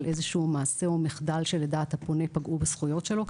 איזה שהוא מעשה או מחדל שלדעת הפונה פגעו בזכויות שלו,